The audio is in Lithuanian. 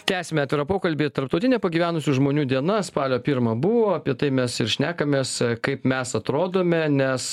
tęsiame pokalbį tarptautinė pagyvenusių žmonių diena spalio pirmą buvo apie tai mes ir šnekamės kaip mes atrodome nes